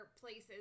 places